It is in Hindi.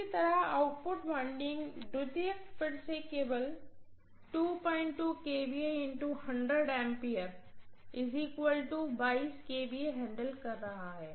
इसी तरह आउटपुट वाइंडिंग सेकेंडरी वाइंडिंग फिर से केवल हैंडल कर रहा है